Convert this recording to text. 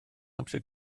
amser